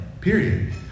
period